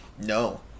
no